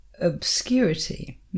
obscurity